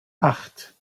acht